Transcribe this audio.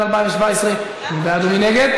התשע"ז 2017. מי בעד ומי נגד?